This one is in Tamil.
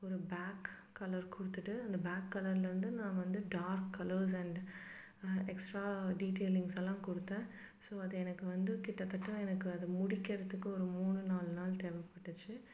ஒரு பேக் கலர் கொடுத்துட்டு அந்த பேக் கலர்ல வந்து நான் வந்து dark colours and extra detailings எல்லாம் கொடுத்தேன் ஸோ அது எனக்கு வந்து கிட்டத்தட்ட எனக்கு அது முடிக்கிறதுக்கு ஒரு மூணு நாலு நாள் தேவைப்பட்டுச்சி